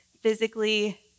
physically